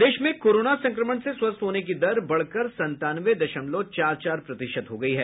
प्रदेश में कोरोना संक्रमण से स्वस्थ होने की दर बढ़कर संतानवे दशमलव चार चार प्रतिशत हो गयी है